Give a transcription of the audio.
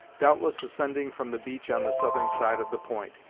doubtless ascending from the beach on the southern side of the point,